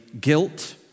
guilt